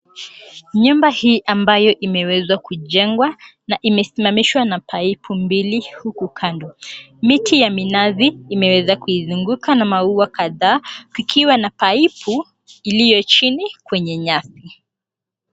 Nyumba hii ambayo imewezwa kujengwa n la imesimamishwa na paipu mbili huku kando. Miti ya minazi imeweza kuizunguka na maua kadhaa kukiwa na paipu iliyo chini kwenye nyasi.